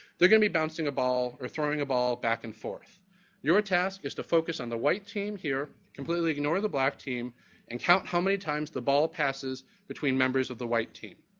they're going to be bouncing a ball or throwing a ball back and forth. and your task is to focus on the white team here, completely ignore the black team and count how many times the ball passes between members of the white team,